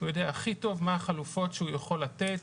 הוא יודע הכי טוב מה החלופות שהוא יכול לתת,